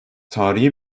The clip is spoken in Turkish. tarihi